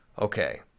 Okay